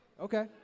Okay